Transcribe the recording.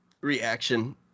reaction